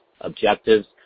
objectives